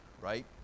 right